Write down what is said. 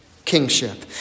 kingship